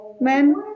men